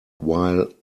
while